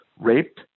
raped